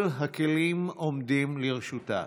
כל הכלים עומדים לרשותה.